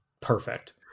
perfect